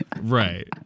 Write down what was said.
Right